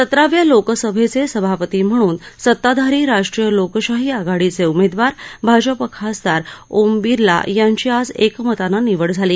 सतराव्या लोकसभेचे सभापती म्हणून सत्ताधारी राष्ट्रीय लोकशाही आघाडीचे उमेदवार भाजपा खासदार ओम बिर्ला यांची आज एकमतानं निवड झाली